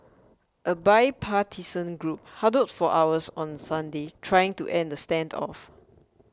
a bipartisan group huddled for hours on Sunday trying to end the standoff